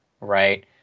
right